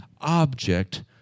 object